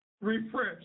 refresh